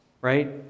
right